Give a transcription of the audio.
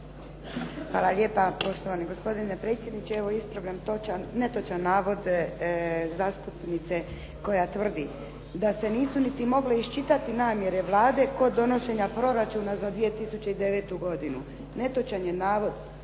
Hvala lijepa poštovani gospodine predsjedniče. Evo, ispravljam netočan navod zastupnice koja tvrdi da se nisu niti mogle iščitati namjere Vlade kod donošenja proračuna za 2009. godinu. Netočan je navod.